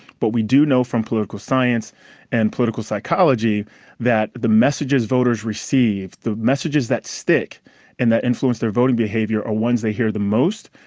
but we do know from political science and political psychology that the messages voters receive, the messages that stick and that influence their voting behavior, are ones they hear the most.